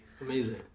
amazing